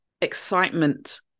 excitement